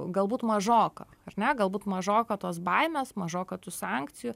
galbūt mažoka ar ne galbūt mažoka tos baimės mažoka tų sankcijų